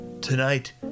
Tonight